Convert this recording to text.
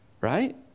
right